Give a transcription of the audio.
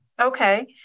Okay